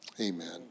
amen